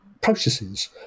processes